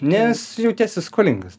nes jautiesi skolingas